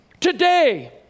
Today